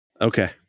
Okay